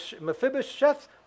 Mephibosheth